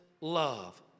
love